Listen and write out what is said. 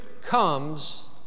comes